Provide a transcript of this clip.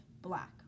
black